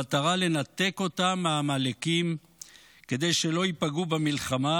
במטרה לנתק אותם מהעמלקים כדי שלא ייפגעו במלחמה,